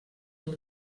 mil